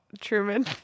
Truman